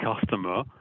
customer